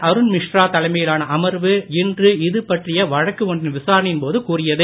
அருண் மிஷ்ரா தலைமையிலான அமர்வு இன்று இது பற்றிய வழக்கு ஒன்றின் விசாரணையின் போது கூறியது